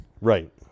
Right